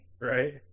Right